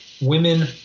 women